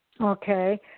Okay